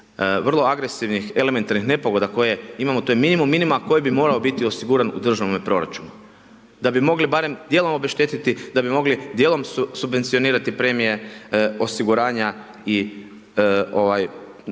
vrlo agresivnih elementarnih nepogoda koje imamo, to je minimum minimuma koji bi morao biti osiguran u državnom proračunu, da bi mogli barem dijelom obeštetiti, da bi mogli dijelom subvencionirati premije osiguranja i